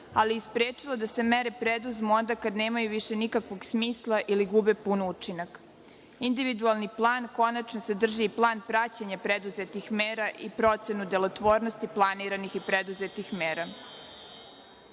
a i sprečilo da se mere preduzmu onda kada više nemaju nikakvog smisla ili gube pun učinak. Individualni plan, konačno, sadrži plan praćenja preduzetih mera i procenu delotvornosti planiranih i preduzetih